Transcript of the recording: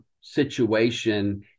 situation